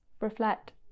reflect